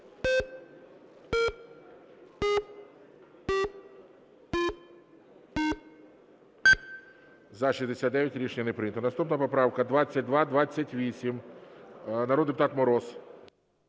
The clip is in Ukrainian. За-69 Рішення не прийнято. Наступна поправка 2228. Народний депутат Мороз.